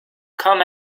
come